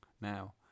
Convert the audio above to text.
now